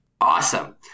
Awesome